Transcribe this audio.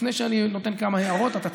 לפני שאני נותן כמה הערות, אתה צודק.